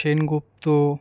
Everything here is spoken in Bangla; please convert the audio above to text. সেনগুপ্ত